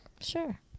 Sure